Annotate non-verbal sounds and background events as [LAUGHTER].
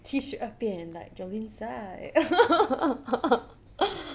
七十二变 like jolin tsai [LAUGHS]